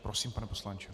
Prosím, pane poslanče.